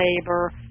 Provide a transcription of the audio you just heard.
labor